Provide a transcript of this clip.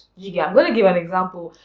yeah, i'm gonna give an example.